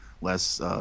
less